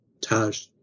Taj